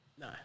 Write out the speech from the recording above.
No